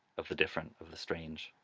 of the different, of the strange.